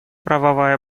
правовая